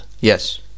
yes